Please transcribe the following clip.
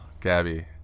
Gabby